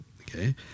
okay